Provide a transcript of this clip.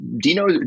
Dino